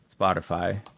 Spotify